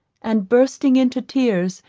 and bursting into tears,